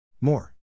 More